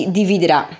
dividerà